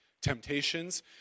temptations